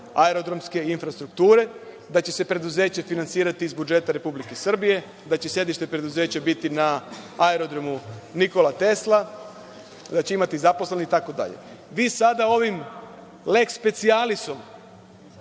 aerodromske infrastrukture, da će se preduzeće finansirati iz budžeta Republike Srbije, da će sedište preduzeće biti na Aerodromu „Nikola Tesla“, da će imati zaposlene, itd. Vi sada ovim lex specialis-om,